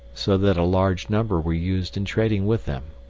so that a large number were used in trading with them.